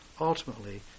ultimately